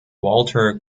walter